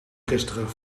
gisteren